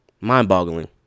mind-boggling